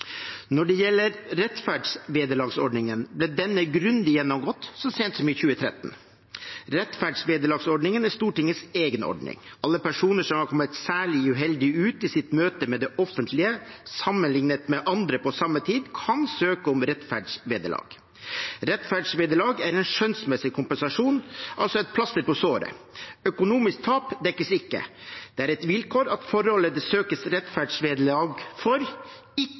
Når det gjelder rettferdsvederlagsordningen, ble denne grundig gjennomgått så sent som i 2013. Rettferdsvederlagsordningen er Stortingets egen ordning. Alle personer som har kommet særlig uheldig ut i sitt møte med det offentlige, sammenliknet med andre på samme tid, kan søke om rettferdsvederlag. Rettferdsvederlag er en skjønnsmessig kompensasjon, altså et plaster på såret. Økonomisk tap dekkes ikke. Det er et vilkår at forholdet det søkes om rettferdsvederlag for, ikke